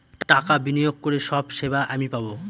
টাকা বিনিয়োগ করে সব সেবা আমি পাবো